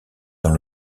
dans